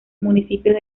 municipios